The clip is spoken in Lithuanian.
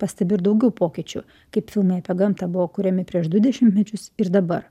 pastebi ir daugiau pokyčių kaip filmai apie gamtą buvo kuriami prieš du dešimtmečius ir dabar